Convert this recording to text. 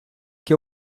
que